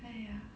哎呀